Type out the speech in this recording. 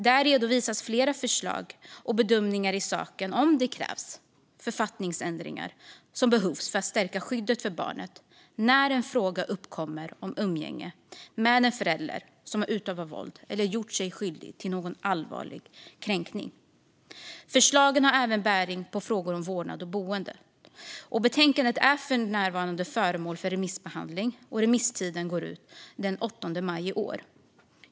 Där redovisas flera förslag och bedömningar i saken om det krävs författningsändringar för att stärka skyddet för barnet när en fråga uppkommer om umgänge med en förälder som har utövat våld eller gjort sig skyldig till en allvarlig kränkning. Förslagen har även bäring på frågor om vårdnad och boende. Betänkandet är för närvarande föremål för remissbehandling, och remisstiden går ut den 8 maj i år.